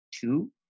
two